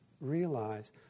realize